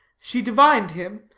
she divined him.